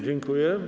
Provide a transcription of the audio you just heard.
Dziękuję.